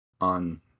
on